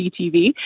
CTV